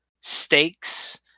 stakes